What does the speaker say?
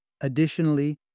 Additionally